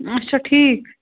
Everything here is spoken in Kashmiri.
اَچھا ٹھیٖک